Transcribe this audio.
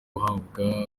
guhabwa